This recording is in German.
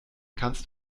kannst